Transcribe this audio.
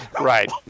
Right